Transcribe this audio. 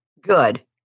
Good